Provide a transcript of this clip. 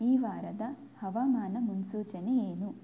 ಈ ವಾರದ ಹವಾಮಾನ ಮುನ್ಸೂಚನೆ ಏನು